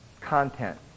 content